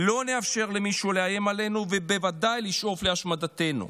לא נאפשר למישהו לאיים עלינו ובוודאי לשאוף להשמדתנו.